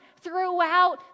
throughout